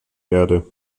erde